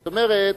זאת אומרת,